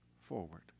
forward